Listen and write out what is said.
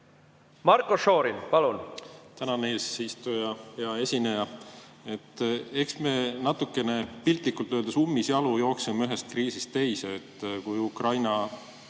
Marko Šorin, palun!